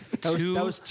Two